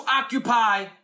occupy